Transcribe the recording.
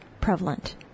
prevalent